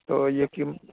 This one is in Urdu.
تو یہ کن